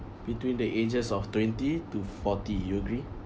between the ages of twenty to forty you agree